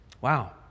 Wow